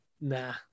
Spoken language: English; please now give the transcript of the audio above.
nah